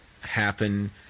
happen